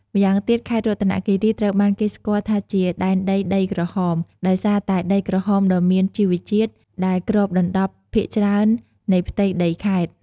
ម្យ៉ាងទៀត ខេត្តរតនគិរីត្រូវបានគេស្គាល់ថាជា "ដែនដីដីក្រហម" ដោយសារតែ ដីក្រហមដ៏មានជីជាតិ ដែលគ្របដណ្ដប់ភាគច្រើននៃផ្ទៃដីខេត្ត។